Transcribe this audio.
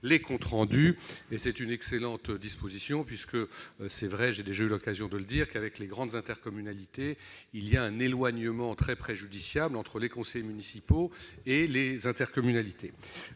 les comptes rendus. C'est une excellente disposition. En effet, j'ai déjà eu l'occasion de le dire, dans les grandes intercommunalités, il existe un éloignement très préjudiciable entre les conseils municipaux et l'exécutif de l'intercommunalité.